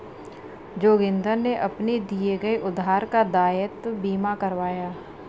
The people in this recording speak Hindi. जोगिंदर ने अपने दिए गए उधार का दायित्व बीमा करवाया